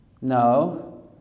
no